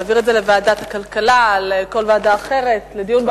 להעביר את זה לוועדת הכלכלה או לכל ועדה אחרת או לדיון במליאה?